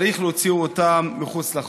צריך להוציא אותם מחוץ לחוק.